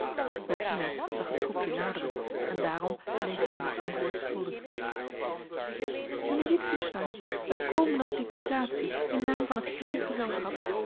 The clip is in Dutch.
regina zag het troepje naderen en daarom bleef zij hem het antwoord schuldig mijnheer witgensteyn wij komen als deputatie in naam van het heele gezelschap